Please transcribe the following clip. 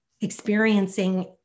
experiencing